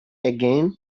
again